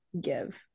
give